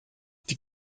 die